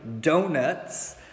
Donuts